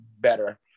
better